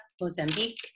Mozambique